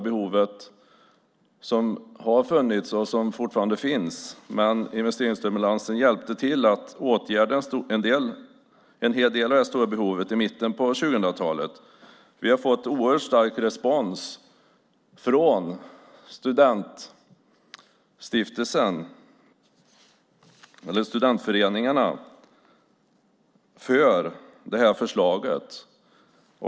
Behovet var stort och är fortfarande stort, men investeringsstimulansen hjälpte till att åtgärda en hel del av det stora behovet i mitten av 2000-talet. Vi har fått oerhört stor respons från studentföreningarna för förslaget.